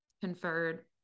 conferred